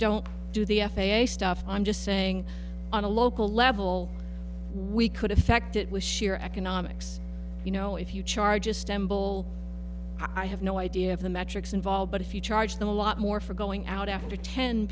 don't do the f a a stuff i'm just saying on a local level we could effect it was sheer economics you know if you charge a stem bull i have no idea of the metrics involved but if you charge them a lot more for going out after ten